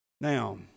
Now